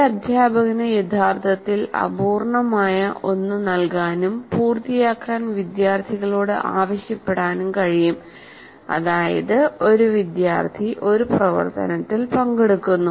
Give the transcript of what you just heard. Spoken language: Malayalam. ഒരു അധ്യാപകന് യഥാർത്ഥത്തിൽ അപൂർണ്ണമായ ഒന്ന് നൽകാനും പൂർത്തിയാക്കാൻ വിദ്യാർത്ഥികളോട് ആവശ്യപ്പെടാനും കഴിയും അതായത് ഒരു വിദ്യാർത്ഥി ഒരു പ്രവർത്തനത്തിൽ പങ്കെടുക്കുന്നു